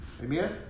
Amen